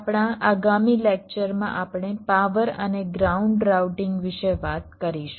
આપણા આગામી લેક્ચરમાં આપણે પાવર અને ગ્રાઉન્ડ રાઉટિંગ વિશે વાત કરીશું